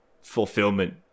fulfillment